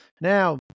Now